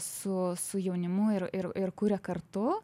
su su jaunimu ir ir ir kuria kartu